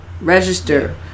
Register